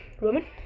Roman